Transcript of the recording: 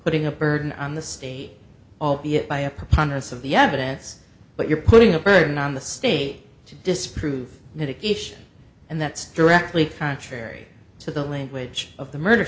putting a burden on the state albeit by a preponderance of the evidence but you're putting a burden on the state to disprove mitigation and that's directly contrary to the language of the murder